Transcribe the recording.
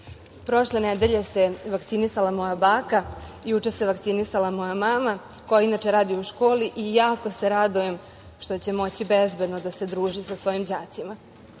nedelje se vakcinisala moja baka. Juče se vakcinisala moja mama, koja inače radi u školi i jako se radujemo što će moći bezbedno da se druži sa svojim đacima.